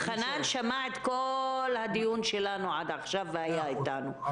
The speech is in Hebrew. חנן שמע את כל הדיון שלנו עד עכשיו והיה איתנו.